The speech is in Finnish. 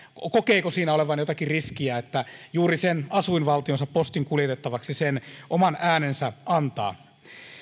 sitä kokeeko siinä olevan jotakin riskiä että juuri sen asuinvaltionsa postin kuljetettavaksi oman äänensä antaa